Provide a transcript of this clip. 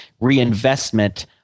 reinvestment